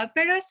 Pero